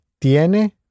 tiene